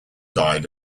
died